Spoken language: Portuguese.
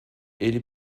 ele